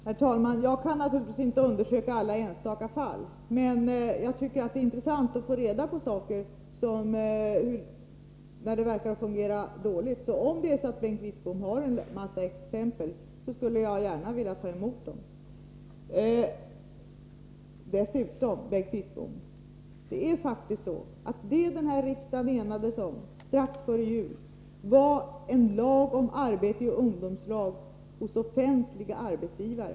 Herr talman! Jag kan naturligtvis inte undersöka alla enstaka fall, men jag tycker att det är intressant att få veta när det verkar att fungera dåligt. Om det är så att Bengt Wittbom har en mängd exempel, skulle jag alltså gärna ta emot dem. Dessutom är det faktiskt så, Bengt Wittbom, att vad den här riksdagen enades om strax före jul var en lag om arbete i ungdomslag hos offentliga arbetsgivare.